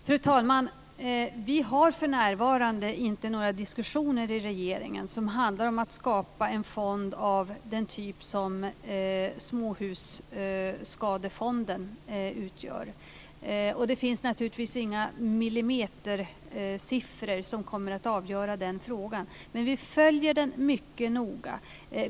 Fru talman! Vi har för närvarande inte några diskussioner i regeringen om att skapa en fond av den typ som Småhusskadefonden utgör. Det finns naturligtvis heller inga millimetersiffror som kommer att avgöra den frågan. Men vi följer den mycket noga.